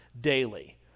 daily